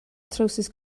trowsus